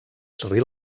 sri